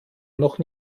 noch